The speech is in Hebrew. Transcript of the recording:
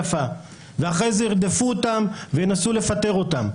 ואחרי זה ירדפו אותם וינסו לפטר אותם.